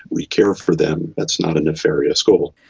we care for them, it's not a nefarious goal.